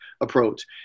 approach